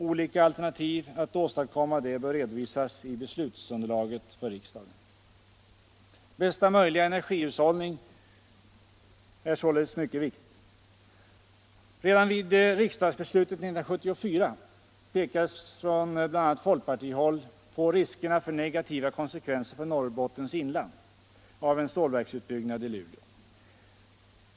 Olika alternativ att åstadkomma det bör redovisas i beslutsunderlaget för riksdagen. Redan vid riksdagsbeslutet 1974 pekades från bl.a. folkpartihåll på riskerna för negativa konsekvenser för Norrbottens inland av en stålverksutbyggnad i Luleå.